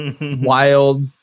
wild